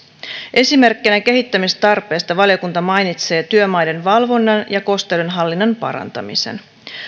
esimerkkinä kehittämistarpeesta valiokunta mainitsee työmaiden valvonnan ja kosteuden hallinnan parantamisen